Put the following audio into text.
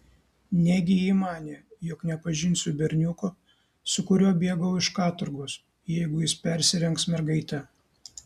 negi ji manė jog nepažinsiu berniuko su kuriuo bėgau iš katorgos jeigu jis persirengs mergaite